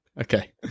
okay